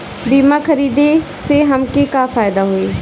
बीमा खरीदे से हमके का फायदा होई?